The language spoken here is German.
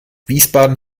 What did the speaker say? wiesbaden